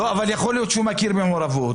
יכול להיות שהוא מכיר במעורבות,